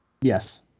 Yes